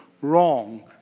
wrong